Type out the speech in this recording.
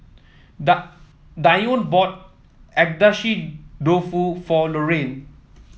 Dione bought Agedashi Dofu for Lorraine